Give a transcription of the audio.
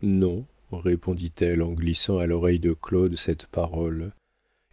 non répondit-elle en glissant à l'oreille de claude cette parole